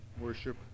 worship